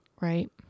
Right